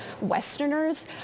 Westerners